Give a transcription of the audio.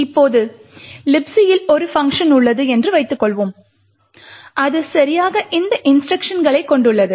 இப்போது Libc ல் ஒரு பங்க்ஷன் உள்ளது என்று வைத்துக்கொள்வோம் அது சரியாக இந்த இன்ஸ்ட்ருக்ஷன் களைக் கொண்டுள்ளது